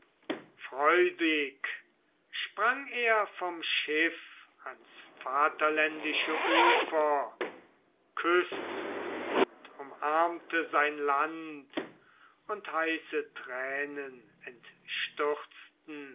freudig sprang er vom schiff ans vaterländische ufer küßt und umarmte sein land und heiße tränen